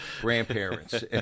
grandparents